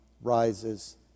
rises